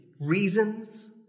reasons